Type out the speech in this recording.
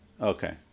Okay